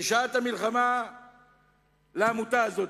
בשעת המלחמה לעמותה הזאת.